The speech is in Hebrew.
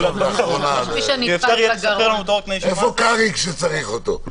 איפה קרעי, כשצריך אותו?